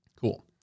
Cool